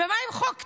ומה עם חוק טבריה?